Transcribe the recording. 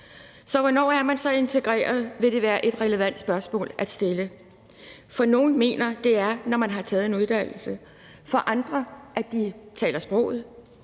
Så hvornår er man så integreret? vil være et relevant spørgsmål at stille. Nogle mener, at det er, når man har taget en uddannelse, andre mener, at det er, når de